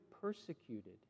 persecuted